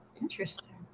Interesting